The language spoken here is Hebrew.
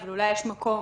אבל אולי יש מקום